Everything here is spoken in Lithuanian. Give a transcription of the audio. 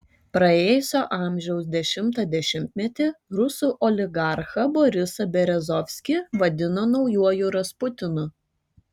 praėjusio amžiaus dešimtą dešimtmetį rusų oligarchą borisą berezovskį vadino naujuoju rasputinu